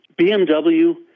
BMW